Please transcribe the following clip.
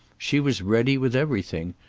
she was ready with everything,